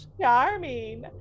charming